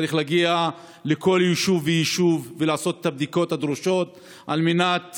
צריך להגיע לכל יישוב ויישוב ולעשות את הבדיקות הדרושות על מנת